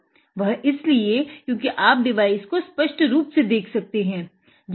वह इसलिए क्योंकि आप डिवाइस को स्पष्ट रूप से देख सकते हैं